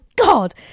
God